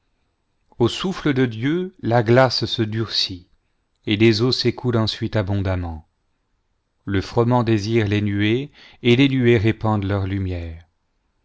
au soufiâe de dieu la glace se durcit et les eaux s'écoulent ensuite abondamment le froment désire les nuées et les nuées répandent leur lumière